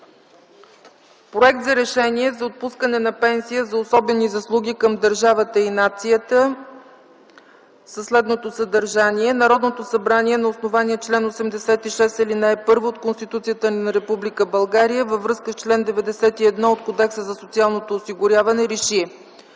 проект за Решение за отпускане на пенсия за особени заслуги към държавата и нацията със следното съдържание: „Народното събрание на основание чл. 86, ал. 1 от Конституцията на Република България във връзка с чл. 91 от Кодекса за социално осигуряване Р